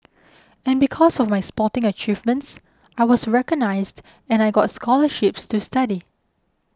and because of my sporting achievements I was recognised and I got scholarships to study